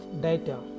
data